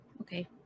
okay